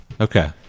Okay